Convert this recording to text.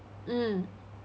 mm